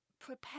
prepare